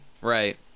Right